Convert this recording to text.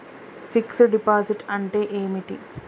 Fix డ్ deposit అంటే ఏమిటి?